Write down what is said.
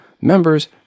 members